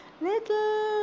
little